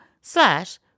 slash